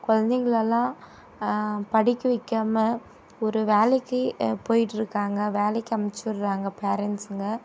குலந்தைகளெல்லாம் படிக்க வைக்காம ஒரு வேலைக்கு போயிகிட்டுருக்காங்க வேலைக்கு அனுப்பிச்சுட்றாங்க பேரெண்ட்ஸுங்க